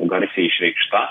garsiai išreikšta